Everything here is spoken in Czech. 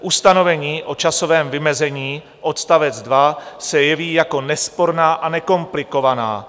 Ustanovení o časovém vymezení odst. 2 se jeví jako nesporná a nekomplikovaná.